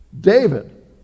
David